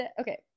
okay